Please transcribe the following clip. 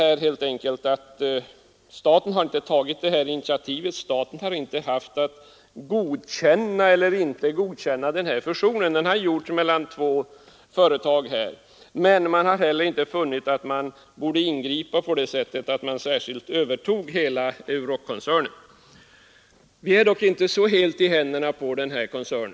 Det har framhållits att staten inte tagit initiativet till fusionen mellan de två företagen och inte haft att godkänna eller inte godkänna denna. Men staten har inte heller funnit att den bort ingripa genom att överta hela Eurockoncernen. Vi är dock inte helt i händerna på denna koncern.